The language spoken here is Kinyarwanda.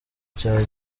cya